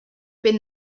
been